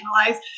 analyze